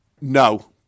no